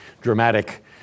dramatic